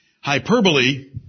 Hyperbole